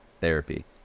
Therapy